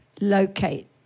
locate